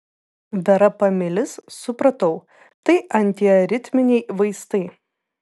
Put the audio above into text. verapamilis supratau tai antiaritminiai vaistai